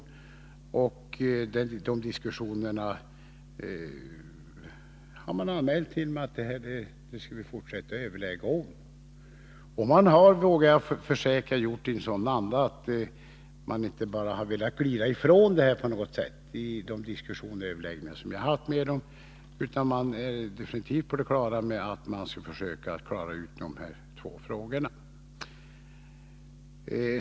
Man har alltså till mig anmält att man skall fortsätta att överlägga om denna fråga. Man har, det kan jag försäkra, fört dessa överläggningar i en sådan anda att det inte kan sägas att man på något sätt har velat glida undan frågorna, utan man är definitivt på det klara med att man skall försöka lösa dessa två frågor.